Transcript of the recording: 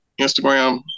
Instagram